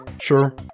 sure